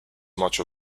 much